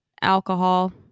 alcohol